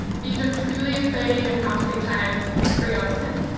these are truly exciting and promising times for young women.